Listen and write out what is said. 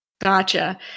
Gotcha